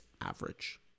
average